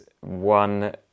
one